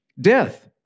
death